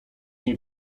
nie